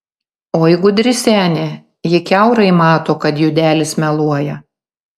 oi gudri senė ji kiaurai mato kad judelis meluoja